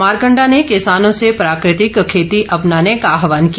मारकंडा ने किसानों से प्रकृतिक खेती अपनाने का आहवान किया